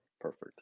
Perfect